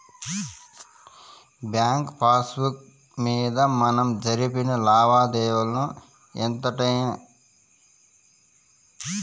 bank pass పుస్తకం మింద మనం జరిపిన లావాదేవీలని ఎంతెంటనే ప్రింట్ సేసుకోడం బాగు